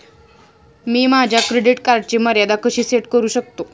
मी माझ्या क्रेडिट कार्डची मर्यादा कशी सेट करू शकतो?